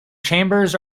chambers